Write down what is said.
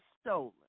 stolen